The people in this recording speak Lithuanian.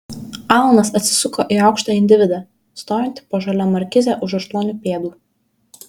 alanas atsisuko į aukštą individą stovintį po žalia markize už aštuonių pėdų